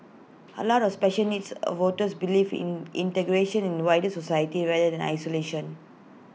A lot of special needs A voters believe in integration in the wider society rather than isolation